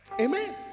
Amen